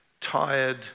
tired